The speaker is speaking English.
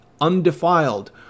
undefiled